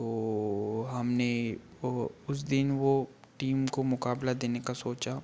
तो हमने वह उस दिन वह टीम को मुकाबला देने का सोचा